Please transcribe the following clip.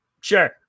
Sure